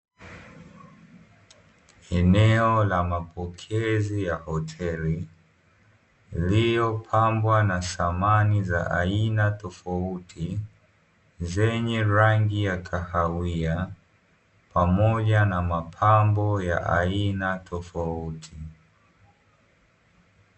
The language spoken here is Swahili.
Eneo la mapokezi ya hoteli iliyopambwa na thamani za aina tofauti, zenye rangi ya kahawia, pamoja na mapambo ya aina tofauti.